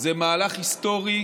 זה מהלך היסטורי